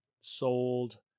sold